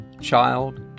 child